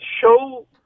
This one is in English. show